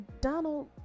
donald